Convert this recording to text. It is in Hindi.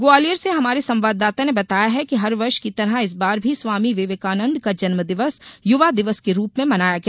ग्वालियर से हमारे संवाददाता ने बताया है कि हर वर्ष की तरह इस बार भी स्वामी विवेकानंद का जन्म दिवस युवा दिवस के रूप में मनाया गया